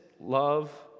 love